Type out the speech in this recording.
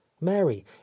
mary